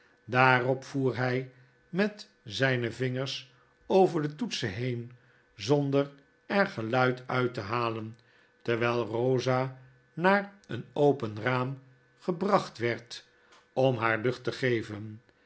daarop voer hij met zijne vingers over de toetsen heen zonder er geluid uit te halen terwijl rosa naar een open raam gebracht werd om haar lucht te geven